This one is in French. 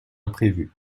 imprévue